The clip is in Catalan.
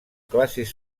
classes